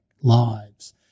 lives